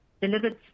delivered